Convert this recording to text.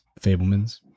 Fablemans